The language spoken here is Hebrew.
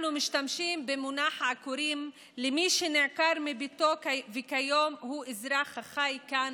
אנחנו משתמשים במונח "עקורים" למי שנעקר מביתו וכיום הוא אזרח החי כאן,